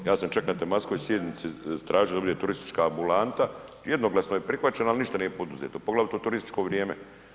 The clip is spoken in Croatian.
Ja sam čak na tematskoj sjednici tražio da bude turistička ambulanta, jednoglasno je prihvaćeno, ali ništa nije poduzeto poglavito u turističko vrijeme.